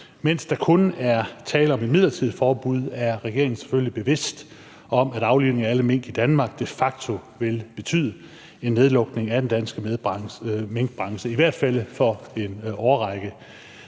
Mens der kun er tale om et midlertidigt forbud, er regeringen selvfølgelig bevidst om, at aflivningen af alle mink i Danmark de facto vil betyde en nedlukning af den danske minkbranche, i hvert fald i en årrække.